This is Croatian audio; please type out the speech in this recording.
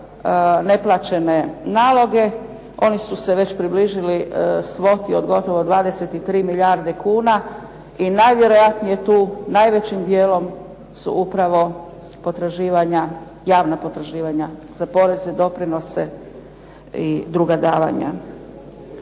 neplaćene naloge. Oni su se već približili svoti od gotovo 23 milijarde kuna i najvjerojatnije tu najvećim dijelom su upravo potraživanja, javna potraživanja za poreze, doprinose i druga davanja.